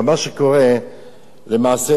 אבל מה שקורה למעשה,